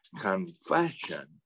confession